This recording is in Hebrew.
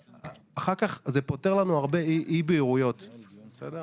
אחר כך זה פותר לנו הרבה אי בהירויות, בסדר?